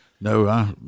No